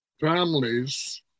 families